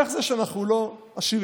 איך זה שאנחנו לא עשירים?